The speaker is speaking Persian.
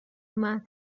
اومد